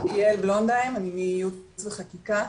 יעל בלונדהיים, אני מייעוץ וחקיקה.